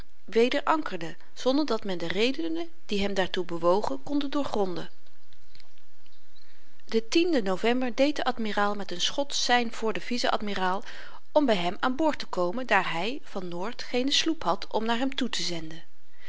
weder ankerde zonder dat men de redenen die hem daartoe bewogen konde doorgronden den den november deed de admiraal met een schot sein voor den vice-admiraal om by hem aan boord te komen daar hy van noort geene sloep had om naar hem toetezenden